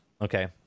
okay